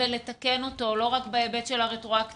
ולתקן אותו לא רק בהיבט של הרטרואקטיביות.